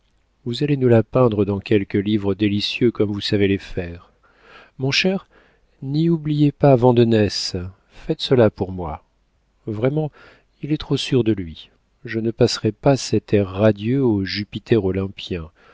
vous allez nous la peindre dans quelque livre délicieux comme vous savez les faire mon cher n'y oubliez pas vandenesse faites cela pour moi vraiment il est trop sûr de lui je ne passerais pas cet air radieux au jupiter